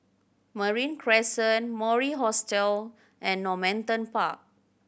Marine Crescent Mori Hostel and Normanton Park